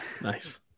Nice